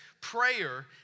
prayer